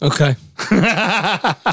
Okay